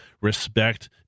respect